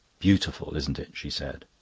beautiful, isn't it? she said.